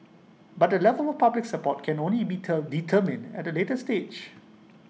but the level of public support can only be ter determined at A later stage